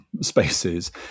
spaces